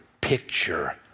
picture